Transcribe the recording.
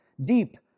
Deep